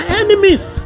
enemies